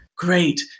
Great